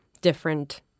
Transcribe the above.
different